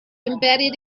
embedded